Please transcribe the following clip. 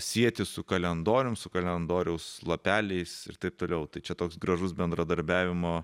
sieti su kalendorium su kalendoriaus lapeliais ir taip toliau tai čia toks gražus bendradarbiavimo